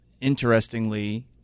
interestingly